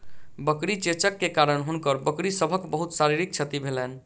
बकरी चेचक के कारण हुनकर बकरी सभक बहुत शारीरिक क्षति भेलैन